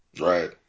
Right